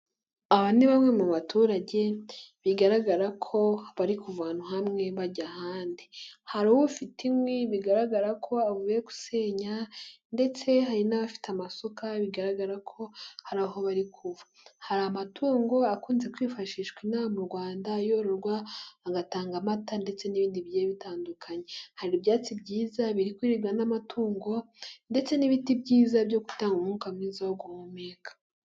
Aba ni bamwe mu baturage bigaragara ko bari kuva ahantu hamwe bajya ahandi. Hari ufite inkwi bigaragara ko avuye gusenya ndetse hari n'abafite amasuka bigaragara ko hari aho bari kuva. Hari amatungo akunze kwifashishwa ino aha mu Rwanda yororwa agatanga amata ndetse n'ibindi bigiye bitandukanye. Hari ibyatsi byiza biri kuribwa n'amatungo ndetse n'ibiti byiza byo gutanga umwuka mwiza wo guhumeka.